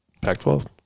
Pac-12